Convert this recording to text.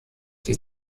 die